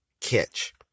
catch